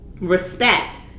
respect